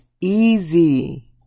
easy